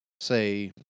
say